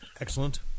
Excellent